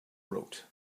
road